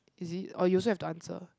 is it or you also have to answer